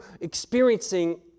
experiencing